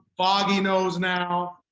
foggy knows now.